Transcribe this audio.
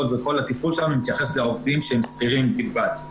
וכל הטיפול שלנו מתייחס לעובדים שהם שכירים בלבד.